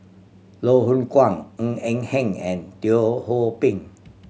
Loh Hoong Kwan Ng Eng Hen and Teo Ho Pin